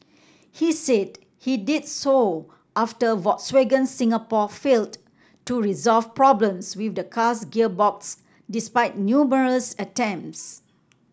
he said he did so after Volkswagen Singapore failed to resolve problems with the car's gearbox despite numerous attempts